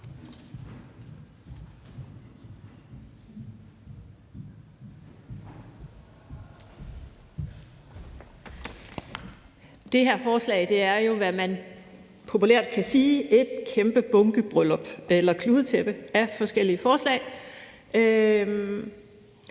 Det her forslag er jo, hvad man populært kan sige, et kæmpe bunkebryllup eller kludetæppe af forskellige forslag.